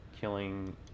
killing